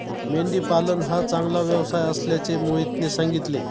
मेंढी पालन हा चांगला व्यवसाय असल्याचे मोहितने सांगितले